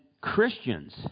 Christians